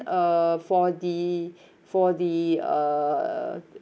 uh for the for the uh